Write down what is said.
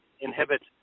inhibit